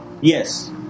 Yes